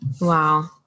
Wow